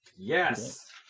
Yes